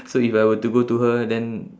so if I were to go to her then